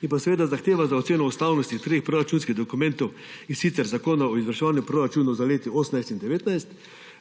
in seveda zahteva za oceno ustavnosti treh proračunskih dokumentov, in sicer Zakona o izvrševanju proračuna za leti 2018 in 2019,